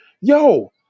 yo